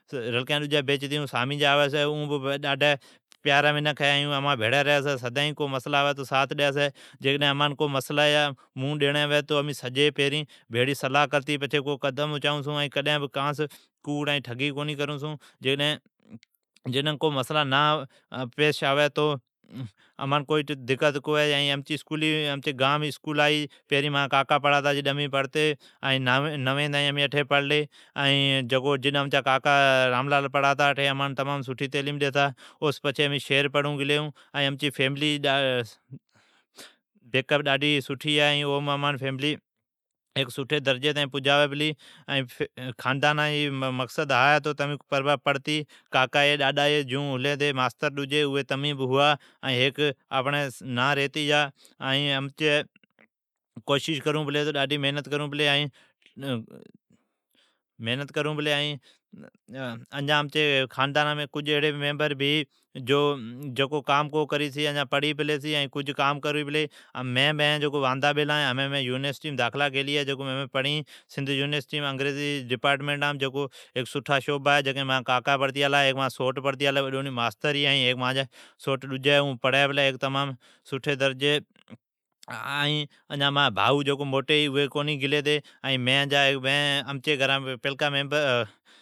رلکین بیچتی سامی جی آوی چھی۔ ائین اون ڈاڈھی پیاری منکھ ہے۔ ائینسدائین امان بھڑی ری چھی، امچاساتھ ڈی چھی۔ جیکڈہن کو مسلین مونہن ڈینڑی ھوی چھی تو امین سجی بھیڑی ھتی صلا کرتی پچھی قدم اچائون چھون۔ ائین کڈین بہ کانس کوڑ ائین ٹھگی کونی کرون چھون۔ جی کو مسلا نہ پیس آوی تو امان کو بہ دکت کو ھوی۔ ۔امچی گانم اسکولا ھی۔ پرین جکار امچا کاکا پڑاتا جکار امی اٹھی پڑتی ۔ نویم پڑتی۔ امچا کاکا راملالا جکار اٹھی پڑاتا۔ امان تمام سٹھی تعلیم دیتا ۔او سون پچھی امین شھر پڑھون گلی ائین امچی فیملی امان بیکب ،سپورٹ کری پلی ائین امان ھیک سٹھی درجی تائین پجالا۔ خاندانا جا مقصد ھا ہے۔ تہ جیون کاکا ایی داڈا ھئی ماستر ھلی تمی بہ ایون تمین ھوا۔ ائین ھیک امچی نان ریتی جا۔ امین ھمین ڈاڈھی کوشش کرون پلی۔ کجھ امچی فیملی میمبر واندھی بیلی ھی ائین ھیک آپڑی مان ریتی جا ائین امچی کوشیش کرون پلی۔ ڈادھہ محنت کرون پلی ائین اجا امچی خاندان مین ایڑی میمبرھی جکو کام کو کری چھی ۔اوی کجھ پڑھی پلی، جیون مین ہے مین ھمین یونیسٹیم داخلا گیلی ہے۔ انگریزی ھیک سٹھا سعبا ھی ائین مانجا کاکا بھی پڑتی آلا ہے ائی مانجی سوٹ بھ پڑی پلی ائین اوی ڈونی ماستر ھی ۔ائین ھیک ڈجی سوٹ ھی اون پڑی پلی ۔ سٹھی درجیم ۔ ائین مانجی بھائو موٹی ھی جکو اوی کونی گلی ھتی۔ مین پیلکا میمبر ہین جکو